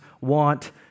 want